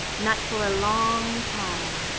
not for a long time.